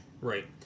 Right